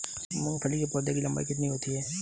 मूंगफली के पौधे की लंबाई कितनी होती है?